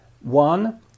One